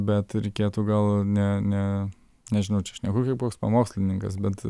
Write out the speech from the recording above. bet reikėtų gal ne ne nežinau čia šneku kaip koks pamokslininkas bet